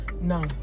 no